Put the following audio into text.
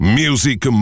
music